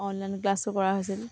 online ক্লাছো কৰা হৈছিল